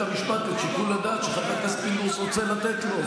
המשפט שיקול הדעת שחבר הכנסת רוצה לתת לו.